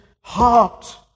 heart